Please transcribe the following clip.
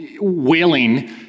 wailing